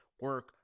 Work